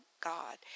God